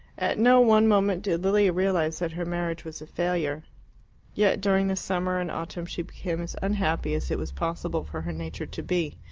at no one moment did lilia realize that her marriage was a failure yet during the summer and autumn she became as unhappy as it was possible for her nature to be.